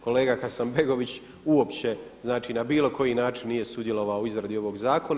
Kolega Hasanbegović uopće, znači na bilo koji način nije sudjelovao u izradi ovog zakona.